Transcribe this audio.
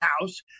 House